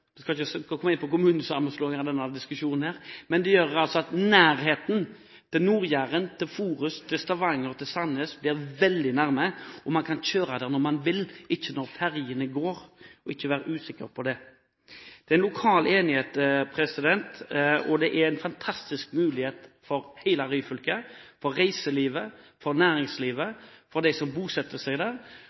jeg skal ikke komme inn på kommunesammenslåing i denne diskusjonen – får nærhet til Nord-Jæren, til Forus, til Stavanger og til Sandnes. Man kan kjøre dit når man vil, ikke når fergene går – og ikke være usikker på det. Det er lokal enighet, og det er en fantastisk mulighet for hele Ryfylke – for reiselivet, for næringslivet og for dem som bosetter seg der.